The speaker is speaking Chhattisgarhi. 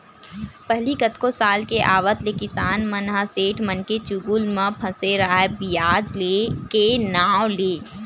पहिली कतको साल के आवत ले किसान मन ह सेठ मनके चुगुल म फसे राहय बियाज के नांव ले